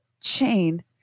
chain